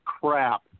crap